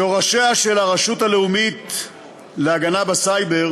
שורשיה של הרשות הלאומית להגנה בסייבר